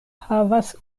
havas